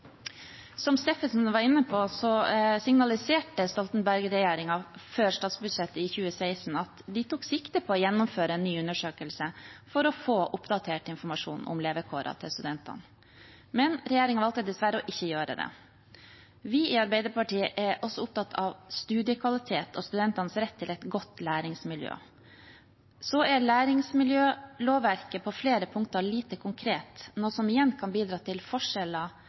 som studentene utgjør. Som representanten Steffensen var inne på, signaliserte Solberg-regjeringen før framleggelsen av statsbudsjettet i 2016 at de tok sikte på å gjennomføre en ny undersøkelse for å få oppdatert informasjon om studentenes levekår. Men regjeringen valgte dessverre å ikke gjøre det. Vi i Arbeiderpartiet er også opptatt av studiekvalitet og studentenes rett til et godt læringsmiljø. Læringsmiljølovverket er lite konkret på flere punkter, noe som kan bidra til forskjeller